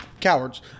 cowards